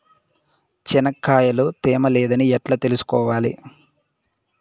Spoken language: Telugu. చెనక్కాయ లో తేమ లేదని ఎట్లా తెలుసుకోవాలి?